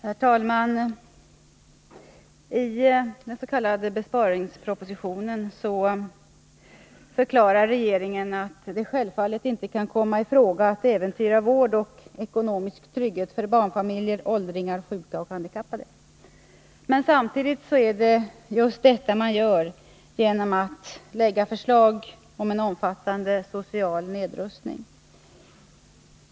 Herr talman! I den s.k. besparingspropositionen förklarar regeringen att det självfallet inte kan komma i fråga att äventyra vård och ekonomisk trygghet för barnfamiljer, åldringar, sjuka och handikappade. Men samtidigt är det just detta man gör genom att lägga fram förslag om en omfattande social nedrustning.